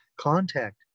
contact